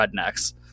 rednecks